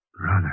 Brother